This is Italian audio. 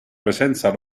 presenza